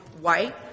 white